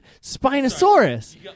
Spinosaurus